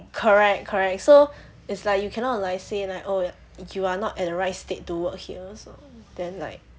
correct correct so it's like you cannot like say like oh you are not at the right state to work here also then like